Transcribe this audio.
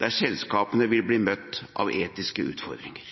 der selskapene vil bli møtt av etiske utfordringer.